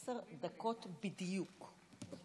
עשר דקות בדיוק.